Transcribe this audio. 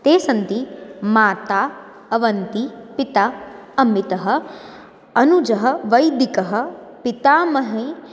ते सन्ति माता अवन्ति पिता अम्मितः अनुजः वैदिकः पितामही